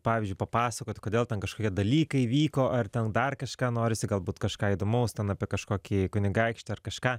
pavyzdžiui papasakoti kodėl ten kažkokie dalykai vyko ar ten dar kažką norisi galbūt kažką įdomaus ten apie kažkokį kunigaikštį ar kažką